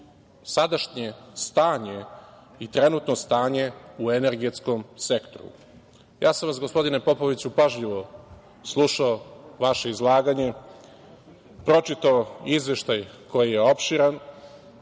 sadašnje stanje i trenutno stanje u energetskom sektoru. Gospodine Popoviću, ja sam vas pažljivo slušao, vaše izlaganje, pročitao Izveštaj koji je opširan